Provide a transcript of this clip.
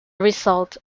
result